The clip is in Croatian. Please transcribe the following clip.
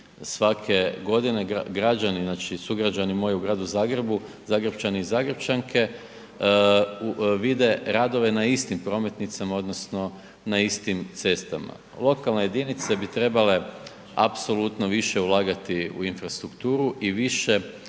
svake godine građani sugrađani moji u gradu Zagrebu, Zagrepčani i Zagrepčanke vide radove na istim prometnicama odnosno na istim cestama. Lokalne jedinice bi trebale apsolutno više ulagati u infrastrukturu i više na neki